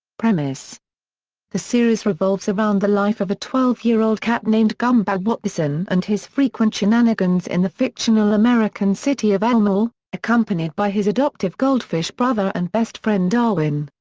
premise the series revolves around the life of a twelve year old cat named gumball watterson and his frequent shenanigans in the fictional american city of elmore, accompanied by his adoptive goldfish brother and best friend darwin.